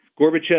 Gorbachev